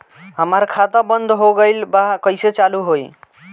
हमार खाता बंद हो गइल बा कइसे चालू होई?